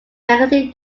magazine